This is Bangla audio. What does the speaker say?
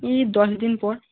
এই দশদিন পর